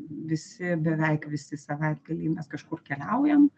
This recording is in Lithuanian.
visi beveik visi savaitgaliai mes kažkur keliaujam